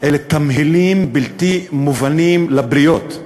תמהילים בלתי מובנים לבריות.